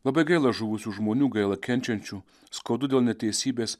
labai gaila žuvusių žmonių gaila kenčiančių skaudu dėl neteisybės